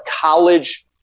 college